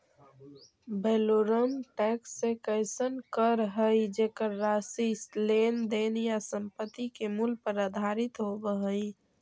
valorem tax एक अइसन कर हइ जेकर राशि लेन देन या संपत्ति के मूल्य पर आधारित होव हइ